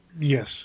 Yes